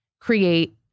create